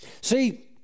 See